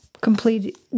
complete